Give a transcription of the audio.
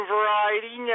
Variety